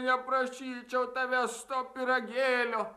neprašyčiau tavęs to pyragėlio